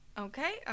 Okay